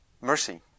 mercy